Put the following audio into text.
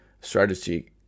strategy